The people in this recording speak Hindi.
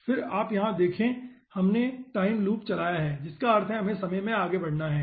फिर आप यहां देखे हमने टाइम लूप चलाया है जिसका अर्थ है कि हमें समय में आगे बढ़ना है